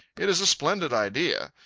it is a splendid idea.